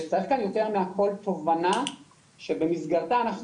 ואני לוקח מהכל תובנה שבמסגרתה אנחנו